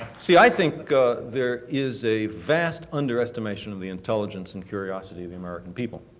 see, i think there is a vast underestimation of the intelligence and curiosity of the american people.